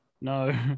no